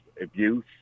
abuse